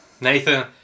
Nathan